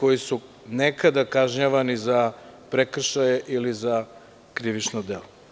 koji su nekada kažnjavani za prekršaje ili za krivična dela.